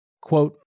Quote